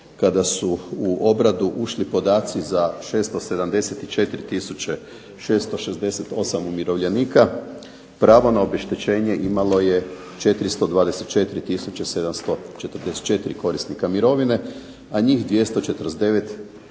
kada su u obradu ušli podaci za 674 tisuće 668 umirovljenika pravo na obeštećenje imalo je 424 tisuće 744 korisnika mirovine, a njih 249 tisuća